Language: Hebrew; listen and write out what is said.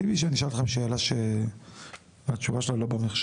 טבעי שאני אשאל אתכם שאלה שהתשובה שלה לא במחשכים.